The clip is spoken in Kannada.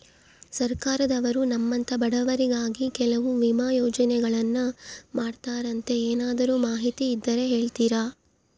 ಸರ್ಕಾರದವರು ನಮ್ಮಂಥ ಬಡವರಿಗಾಗಿ ಕೆಲವು ವಿಮಾ ಯೋಜನೆಗಳನ್ನ ಮಾಡ್ತಾರಂತೆ ಏನಾದರೂ ಮಾಹಿತಿ ಇದ್ದರೆ ಹೇಳ್ತೇರಾ?